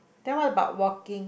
then what about walking